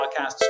podcasts